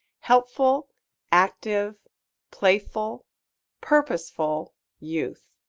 helpful active playful purposeful youth.